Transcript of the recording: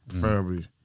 Preferably